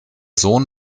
sohn